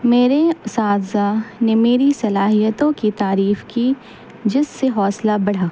میرے اساتذہ نے میری صلاحیتوں کی تعریف کی جس سے حوصلہ بڑھا